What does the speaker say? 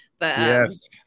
Yes